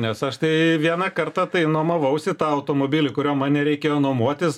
nes aš tai vieną kartą tai nuomavausi tą automobilį kurio man nereikėjo nuomotis